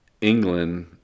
England